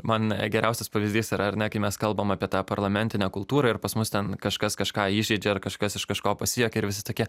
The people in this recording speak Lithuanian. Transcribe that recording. man geriausias pavyzdys yra ar ne kai mes kalbam apie tą parlamentinę kultūrą ir pas mus ten kažkas kažką įžeidžia ar kažkas iš kažko pasijuokia ir visi tokie